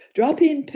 dropping,